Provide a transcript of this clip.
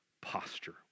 posture